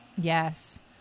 Yes